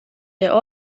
der